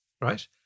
right